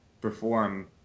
perform